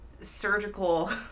surgical